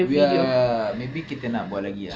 we are maybe kita nak buat lagi ah